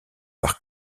par